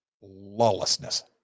lawlessness